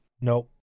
Nope